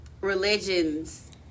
religions